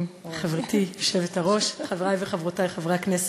חברתי היושבת-ראש, חברותי וחברי חברי הכנסת,